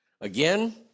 Again